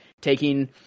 taking